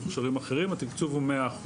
התיקצוב הוא 100%,